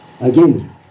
Again